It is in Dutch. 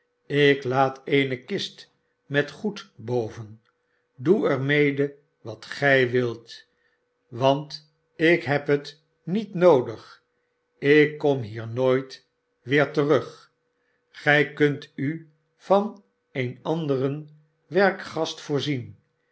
ik laat eene kist met goed boven doe er mede wat gij wilt want ik heb het niet noodig ik kom hiernooit weer terug gij kunt u van een anderen werkgast voorzien